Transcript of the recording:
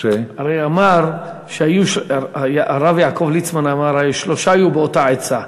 הרב יעקב ליצמן אמר: שלושה היו באותה עצה.